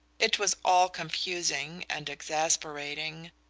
it was all confusing and exasperating.